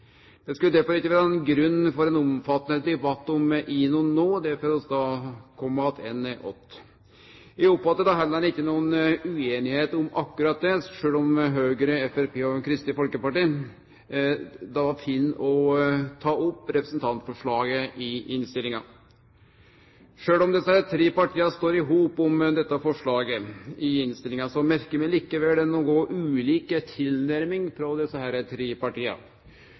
Det skulle derfor ikkje vere grunn for ein omfattande debatt om INON no. Det får vi da kome attende til. Eg oppfattar da heller ikkje nokon ueinigheit om akkurat det, sjølv om Høgre, Framstegspartiet og Kristeleg Folkeparti finn å ta opp representantforslaget i innstillinga. Sjølv om desse tre partia står i hop om dette forslaget i innstillinga, merkar eg meg likevel ei noko ulik tilnærming frå desse tre partia.